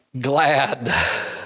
glad